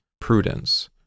prudence